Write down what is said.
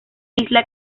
isla